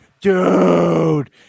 dude